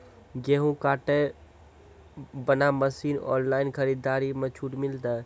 गेहूँ काटे बना मसीन ऑनलाइन खरीदारी मे छूट मिलता?